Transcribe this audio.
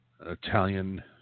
Italian